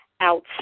out